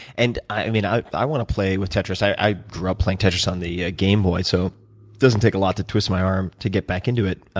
and i you know i want to play with tetris. i grew up playing tetris on the ah gameboy. it so doesn't take a lot to twist my arm to get back into it.